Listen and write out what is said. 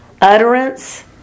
Utterance